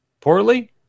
Poorly